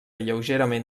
lleugerament